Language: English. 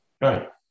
Right